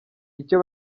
icyo